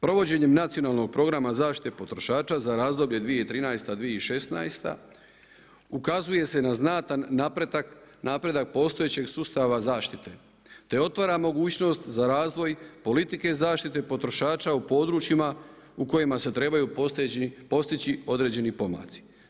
Provođenjem Nacionalnog programa zaštite potrošača za razdoblje 2013.-2016. ukazuje se na znatan napredak postojećeg sustava zaštite te otvara mogućnost za razvoj politike i zaštite potrošača u područjima u kojima se trebaju postići određeni pomaci.